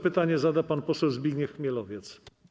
Pytanie zada pan poseł Zbigniew Chmielowiec.